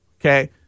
Okay